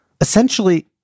Essentially